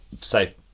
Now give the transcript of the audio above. say